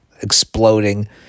exploding